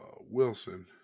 Wilson